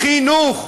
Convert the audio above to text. חינוך.